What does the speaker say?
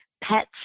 pets